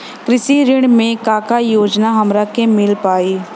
कृषि ऋण मे का का योजना हमरा के मिल पाई?